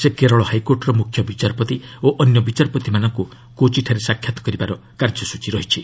ସେ କେରଳ ହାଇକୋର୍ଟର ମୁଖ୍ୟବିଚାରପତି ଓ ଅନ୍ୟ ବିଚାରପତିମାନଙ୍କୁ କୋଚିଠାରେ ସାକ୍ଷାତ କରିବାର କାର୍ଯ୍ୟସୂଚୀ ରହିଛି